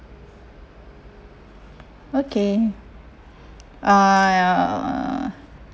okay uh